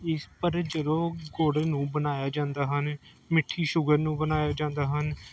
ਇਸ ਪਰ ਜਦੋਂ ਗੁੜ ਨੂੰ ਬਣਾਇਆ ਜਾਂਦਾ ਹਨ ਮਿੱਠੀ ਸ਼ੂਗਰ ਨੂੰ ਬਣਾਇਆ ਜਾਂਦਾ ਹਨ